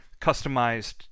customized